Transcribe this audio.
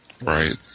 Right